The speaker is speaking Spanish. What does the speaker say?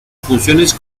funciones